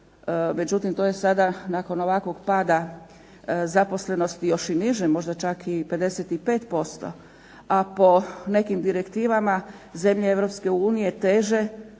Međutim, to je sada nakon ovakvog pada zaposlenosti još i niže možda čak i 55%, a po nekim direktivama zemlje Europske unije